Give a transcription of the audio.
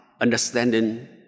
understanding